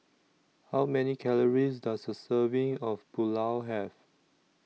How Many Calories Does A Serving of Pulao Have